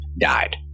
died